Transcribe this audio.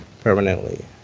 permanently